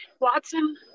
Watson